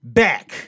back